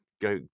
go